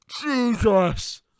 Jesus